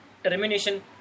termination